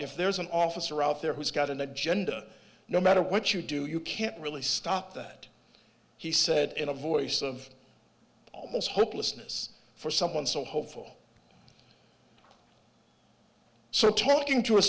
if there's an officer out there who's got an agenda no matter what you do you can't really stop that he said in a voice of almost hopelessness for someone so hopeful so talking to